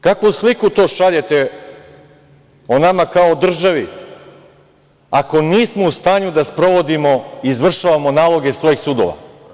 Kakvu sliku to šaljete o nama kao državi ako nismo u stanju da sprovodimo, izvršavamo naloge svojih sudova?